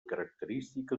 característica